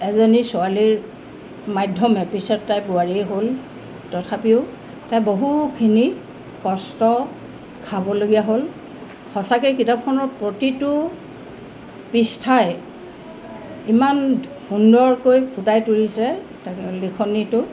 এজনী ছোৱালীৰ মাধ্যমে পিছত তাই বোৱাৰীয়ে হ'ল তথাপিও তাই বহুখিনি কষ্ট খাবলগীয়া হ'ল সঁচাকৈ কিতাপখনৰ প্ৰতিটো পিষ্ঠাই ইমান সুন্দৰকৈ ফুটাই তুলিছে তাকে লিখনিটো